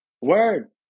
Word